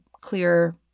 clear